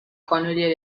colonial